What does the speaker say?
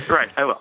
right. i